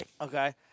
Okay